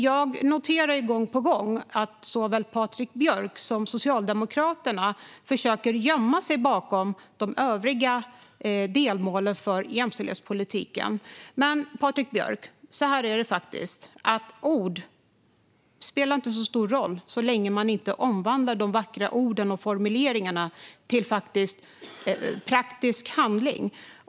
Jag noterar gång på gång att såväl Patrik Björck som Socialdemokraterna försöker gömma sig bakom de övriga delmålen för jämställdhetspolitiken. Men, Patrik Björck, så här är det faktiskt: Ord spelar inte så stor roll så länge man inte omvandlar de vackra orden och formuleringarna till praktisk handling.